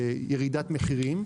לירידת מחירים,